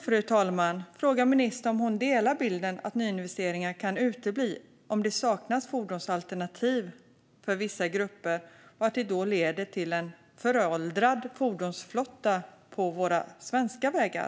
Jag vill fråga ministern om hon delar bilden att nyinvesteringar kan utebli om det saknas fordonsalternativ för vissa grupper och att det då leder till en föråldrad fordonsflotta på våra svenska vägar.